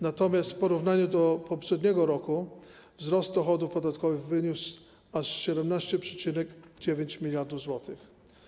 Natomiast w porównaniu do poprzedniego roku wzrost dochodów podatkowych wyniósł aż 17,9 mld zł.